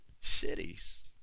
cities